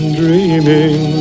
dreaming